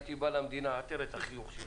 הייתי בא למדינה ואומר: